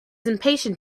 impatient